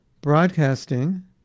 broadcasting